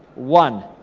one,